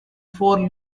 four